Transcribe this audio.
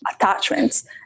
attachments